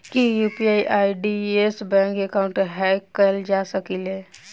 की UPI ID सऽ bank account hack कैल जा सकलिये?